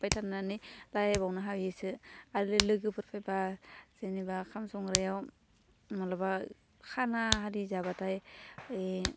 बाय थानानै रायलायबावनो हायोसो आरो लोगोफोर फैबा जेनेबा खाम संग्रायाव मालाबा खाना आरि जाबाथाय बे